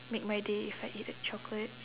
make my day if I ate a chocolate